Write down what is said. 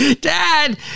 dad